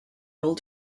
all